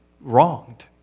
wronged